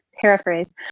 paraphrase